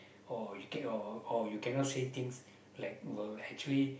or you can or or you cannot say things like will actually